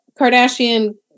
Kardashian